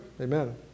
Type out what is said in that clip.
amen